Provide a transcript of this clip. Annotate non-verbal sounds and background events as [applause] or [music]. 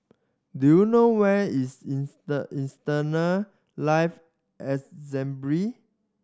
do you know where is [unintelligible] Eternal Life [unintelligible]